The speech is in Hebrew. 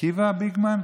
עקיבא ביגמן,